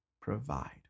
provide